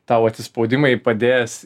tau atsispaudimai padės